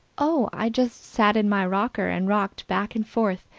oh, i just sat in my rocker, and rocked back and forth,